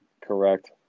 correct